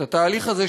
את התהליך הזה,